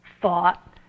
thought